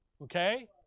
Okay